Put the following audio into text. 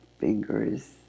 fingers